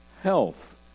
health